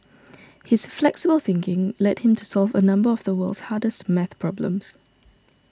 his flexible thinking led him to solve a number of the world's hardest maths problems